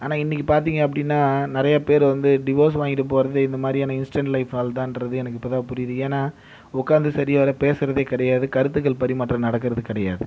ஆனால் இன்றைக்கு பார்த்திங்க அப்படின்னா நிறைய பேர் வந்து டிவோஸ் வாங்கிட்டு போகிறது இதுமாதிரியான இன்ஸ்டன்ட் லைஃப்னாலதான்றது எனக்கு இப்போது தான் புரியுது ஏன்னா உக்காந்து சரியாக பேசுகிறதே கிடையாது கருத்துகள் பரிமாற்றம் நடக்கிறது கிடையாது